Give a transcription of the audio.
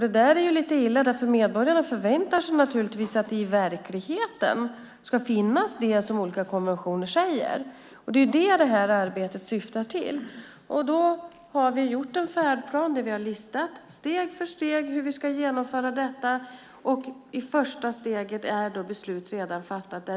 Det är illa, för medborgarna väntar sig naturligtvis att det som olika konventioner säger också ska finnas i verkligheten. Det är detta som det här arbetet syftar till. Vi har gjort en färdplan där vi steg för steg har listat hur vi ska genomföra detta. I första steget är beslut redan fattat.